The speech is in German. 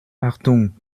achtung